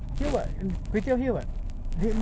K lah eh tapi memang